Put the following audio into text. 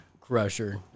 Crusher